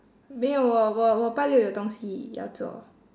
没有我我我拜六有东西要做